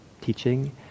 teaching